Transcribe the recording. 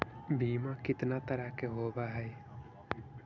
बीमा कितना तरह के होव हइ?